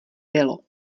bylo